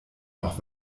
noch